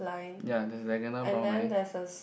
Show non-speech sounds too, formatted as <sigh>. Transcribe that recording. <breath> ya there's a diagonal brown line